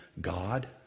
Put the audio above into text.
God